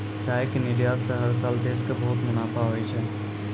चाय के निर्यात स हर साल देश कॅ बहुत मुनाफा होय छै